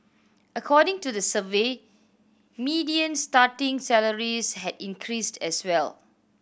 according to the survey median starting salaries had increased as well